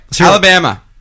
Alabama